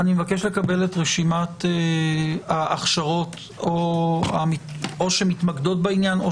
אבקש לקבל רשימת ההכשרות או שמתמקדות בעניין או